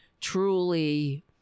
truly